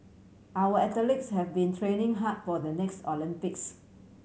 our athletes have been training hard for the next Olympics